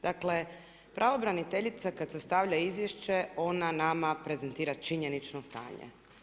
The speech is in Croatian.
Dakle, pravobraniteljice kad sastavlja izvješće ona ne prezentira činjenično stanje.